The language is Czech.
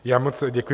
Já moc děkuji.